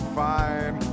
fine